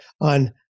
on